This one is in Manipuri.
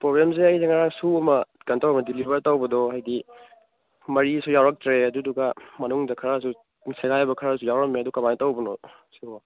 ꯄ꯭ꯔꯣꯕ꯭ꯂꯦꯝꯁꯦ ꯑꯩꯁꯦ ꯉꯥꯔꯥꯡ ꯁꯨ ꯑꯃ ꯗꯤꯂꯤꯕꯔ ꯇꯧꯕꯗꯣ ꯍꯥꯏꯗꯤ ꯃꯔꯤꯁꯨ ꯌꯥꯎꯔꯛꯇ꯭ꯔꯦ ꯑꯗꯨꯗꯨꯒ ꯃꯅꯨꯡꯗ ꯈꯔꯁꯨ ꯁꯦꯒꯥꯏꯕ ꯈꯔꯁꯨ ꯌꯥꯎꯔꯝꯃꯦ ꯑꯗꯨ ꯀꯃꯥꯏ ꯇꯧꯕꯅꯣ ꯁꯤꯕꯣ